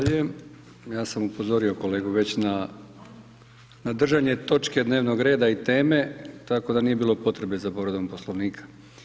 Ja sam upozorio kolegu već na držanje točke dnevnog reda i teme, tako da nije bilo potrebe za povredom Poslovnika.